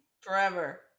Forever